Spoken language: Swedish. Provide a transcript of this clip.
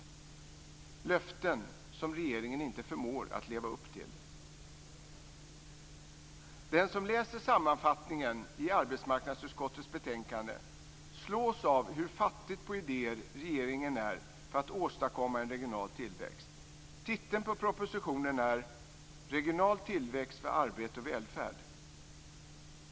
Det var löften som regeringen inte förmår leva upp till. Den som läser sammanfattningen i arbetsmarknadsutskottets betänkande slås av hur fattig på idéer regeringen är när det gäller att åstadkomma en regional tillväxt. Titeln på propositionen är Regional tillväxt - för arbete och välfärd.